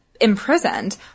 imprisoned